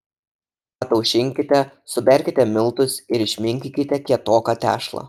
ataušinkite suberkite miltus ir išminkykite kietoką tešlą